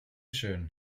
schön